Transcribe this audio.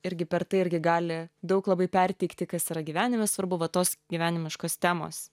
irgi per tai irgi gali daug labai perteikti kas yra gyvenime svarbu va tos gyvenimiškos temos